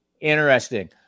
Interesting